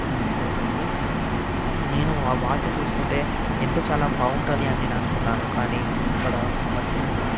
miss అయిపోయింది నేను ఆ వాచ్ చూసుకుంటే ఎంతో చాలా బాగుంటుంది అని నేను అనుకున్నాను కానీ ఇక్కడ వచ్చినాక